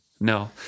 No